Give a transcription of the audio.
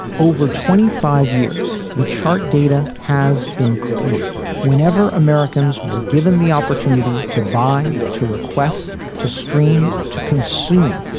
over twenty five years, the chart data has been clear whenever americans were given the opportunity to buy, to request, to stream, to consume,